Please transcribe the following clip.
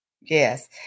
Yes